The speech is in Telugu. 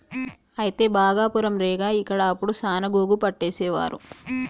అయితే భాగపురం రేగ ఇక్కడ అప్పుడు సాన గోగు పట్టేసేవారు